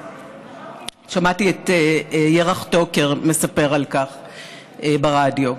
שמעתי את ירח טוקר מספר על כך ברדיו,